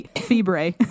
Fibre